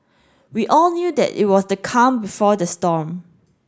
we all knew that it was the calm before the storm